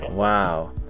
Wow